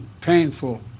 painful